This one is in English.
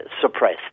suppressed